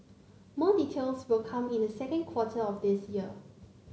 more details will come in the second quarter of this year